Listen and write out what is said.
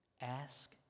ask